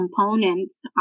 components